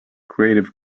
creative